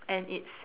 and it's